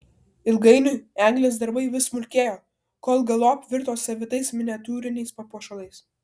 ilgainiui eglės darbai vis smulkėjo kol galop virto savitais miniatiūriniais papuošalais